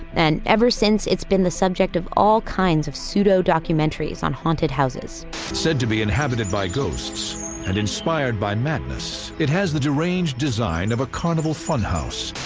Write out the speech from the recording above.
and ever since it's been the subject of all kinds of pseudo-documentaries on haunted houses said to be inhabited by ghosts and inspired by madness, it has the deranged design of a carnival funhouse.